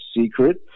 secret